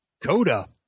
Coda